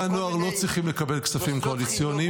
הנוער לא צריכים לקבל כספים קואליציוניים,